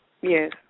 Yes